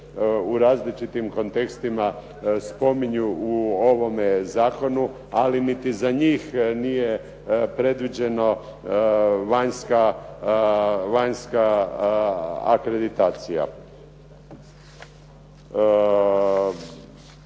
u različitim kontekstima spominju u ovome zakonu, ali niti za njih nije predviđena vanjska akreditacija.